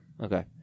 Okay